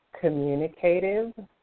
communicative